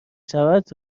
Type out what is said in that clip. شود